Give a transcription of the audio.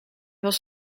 was